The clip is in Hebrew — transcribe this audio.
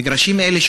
מגרשים אלה,